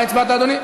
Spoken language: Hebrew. מה הצבעת, אדוני?